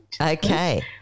Okay